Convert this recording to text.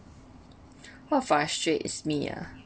what frustrates me ah